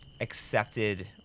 accepted